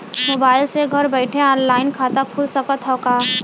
Mobile से घर बैठे ऑनलाइन खाता खुल सकत हव का?